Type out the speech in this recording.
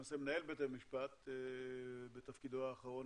למעשה מנהל בתי המשפט בתפקידו האחרון,